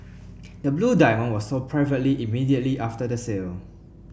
the blue diamond was sold privately immediately after the sale